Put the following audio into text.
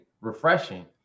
refreshing